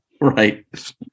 right